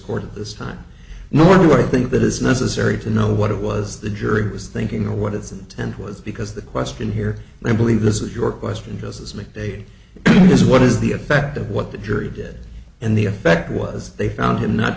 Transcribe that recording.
court at this time nor do i think that is necessary to know what it was the jury was thinking or what its intent was because the question here i believe this is your question does this mcveigh is what is the effect of what the jury did and the effect was they found him not